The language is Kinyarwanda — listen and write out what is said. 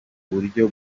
buryo